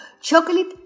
Chocolate